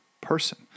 person